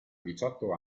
diciotto